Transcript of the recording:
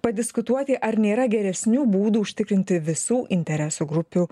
padiskutuoti ar nėra geresnių būdų užtikrinti visų interesų grupių